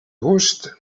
gust